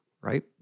right